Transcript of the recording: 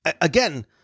Again